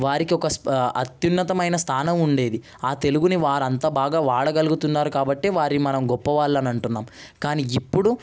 వారికి ఒక స్ప అత్యున్నతమయిన స్థానం ఉండేది తెలుగుని వారంత బాగా వాడగలుగుతున్నారు కాబట్టే వారిని మనం గొప్పవాళ్ళని అంటున్నాం కాని ఇప్పుడు